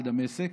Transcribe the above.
לדמשק.